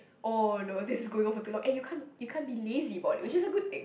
oh no this is going on for too long and you can't you can't be lazy about it which is a good thing